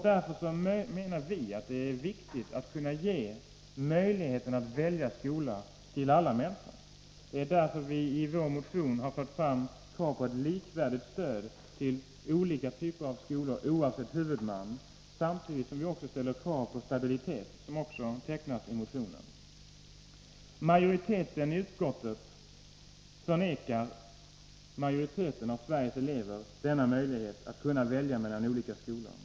Därför menar vi att det är väsentligt att alla människor kan ges möjligheten att välja skola. Det är av den anledningen som vi i vår motion har fört fram krav på ett likvärdigt stöd till olika typer av skolor oavsett huvudman. Samtidigt ställer vi krav på stabilitet, vilket också redovisas i motionen. Majoriteten i utskottet förnekar flertalet av Sveriges elever denna möjlighet att välja mellan olika skolor.